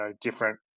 different